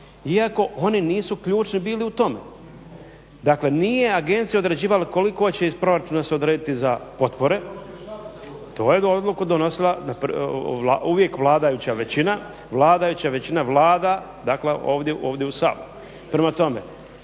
iako oni nisu ključni bili u tome. Dakle, nije agencija određivala koliko će iz proračuna se odrediti za potpore. Tu je odluku donosila uvijek vladajuća većina, Vlada, dakle ovdje u Saboru.